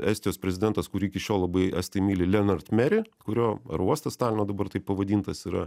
estijos prezidentas kurį iki šiol labai estai myli lenart meri kurio oro uostas talino dabar taip pavadintas yra